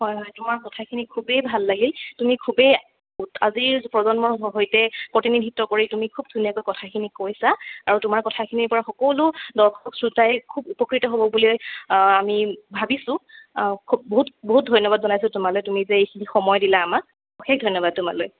হয় হয় তোমাৰ কথাখিনি খুবেই ভাল লাগিল তুমি খুবেই আজিৰ প্ৰজন্মৰ সৈতে প্ৰতিনিধিত্ব কৰি তুমি খুব ধুনীয়াকৈ কথাখিনি কৈছা আৰু তোমাৰ কথাখিনিৰ পৰা সকলো দৰ্শক শ্ৰোতাই খুব উপকৃত হ'ব বুলি আমি ভাবিছোঁ খুব বহুত বহুত ধন্যবাদ জনাইছোঁ তোমালৈ তুমি যে এইখিনি সময় দিলা আমাক অশেষ ধন্যবাদ তোমালৈ